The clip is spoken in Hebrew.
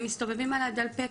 הם מסתובבים על הדלפק,